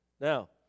Now